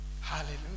Hallelujah